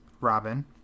Robin